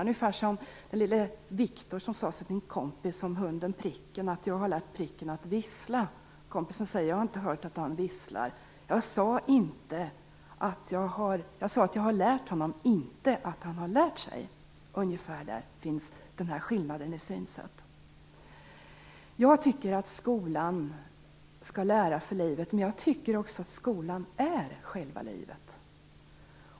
Det är ungefär som i historien om lille Viktor som sade till sin kompis att han hade lärt hunden Pricken att vissla. Kompisen svarade att han inte hade hört hunden vissla. Viktor svarade: Jag sade att jag har lärt honom, inte att han har lärt sig. Ungefär där finns skillnaden i synsätt. Jag tycker att skolan skall lära för livet. Men jag tycker också att skolan är själva livet.